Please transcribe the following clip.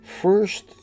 first